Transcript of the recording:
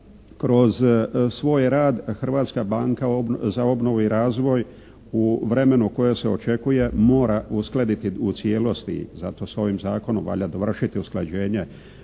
kroz svoj rad Hrvatska banka za obnovu i razvoj u vremenu koje se očekuje mora uskladiti u cijelosti zato se ovim zakonom valja dovršiti usklađenje